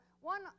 one